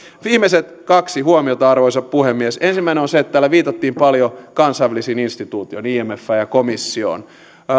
viimeiset kaksi huomiota arvoisa puhemies ensimmäinen on se että täällä viitattiin paljon kansainvälisiin instituutioihin imfään ja komissioon